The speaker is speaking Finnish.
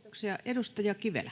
[Speech 42] Speaker: